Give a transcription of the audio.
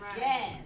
yes